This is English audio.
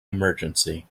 emergency